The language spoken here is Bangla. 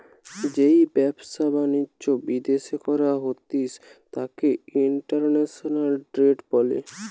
যেই ব্যবসা বাণিজ্য বিদ্যাশে করা হতিস তাকে ইন্টারন্যাশনাল ট্রেড বলে